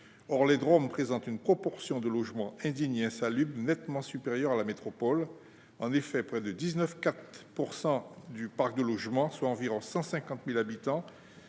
Or les Drom présentent une proportion de logements indignes et insalubres nettement supérieure à la métropole : ils représenteraient près de 19,4 % du parc de logements, soit environ 150 000 habitations